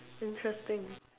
interesting